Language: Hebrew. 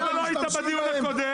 למה לא היית בדיון הקודם?